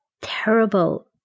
terrible